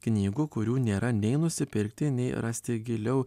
knygų kurių nėra nei nusipirkti nei rasti giliau